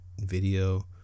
video